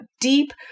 deep